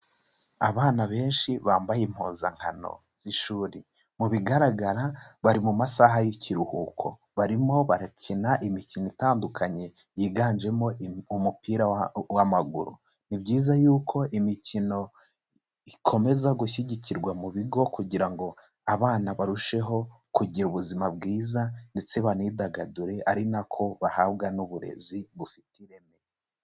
Abana benshi bambaye impuzankano z'ishuri, mu bigaragara bari mu masaha y'ikiruhuko, barimo barakina imikino itandukanye yiganjemo umupira w'amaguru, ni byiza yuko imikino ikomeza gushyigikirwa mu bigo kugira ngo abana barusheho kugira ubuzima bwiza, ndetse banidagadure ari na ko bahabwa n'uburezi bufite ireme.